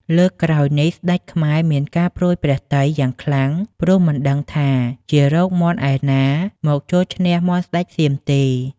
លើកក្រោយនេះ ស្ដេចខ្មែរមានការព្រួយព្រះទ័យយ៉ាងខ្លាំង ព្រោះមិនដឹងជារកមាន់ឯណាមកជល់ឈ្នះមាន់ស្ដេចសៀមទេ។